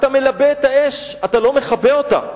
אתה מלבה את האש, אתה לא מכבה אותה.